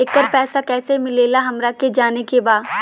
येकर पैसा कैसे मिलेला हमरा के जाने के बा?